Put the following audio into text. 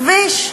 כביש.